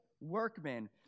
workmen